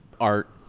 art